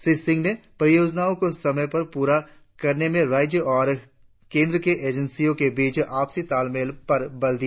श्री सिंह ने परियोजनाओं को समय से पूरा करने में राज्य और केंद्र के एजेंसियों के बीच आपसी तालामैल पर बल दिया